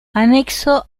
anexo